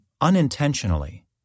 unintentionally